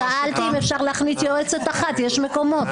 שאלתי אם אפשר להכניס יועצת אחת, יש מקומות.